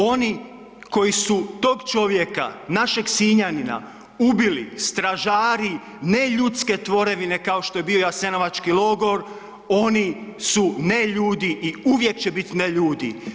Oni koji su tog čovjeka, našeg Sinjanina ubili stražari neljudske tvorevine kao što je bio jasenovački logor oni su neljudi i uvijek će bit neljudi.